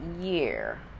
year